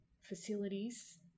facilities